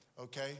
Okay